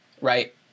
Right